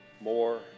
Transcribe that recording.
more